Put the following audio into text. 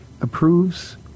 approves